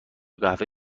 قهوه